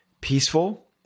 peaceful